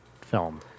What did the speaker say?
film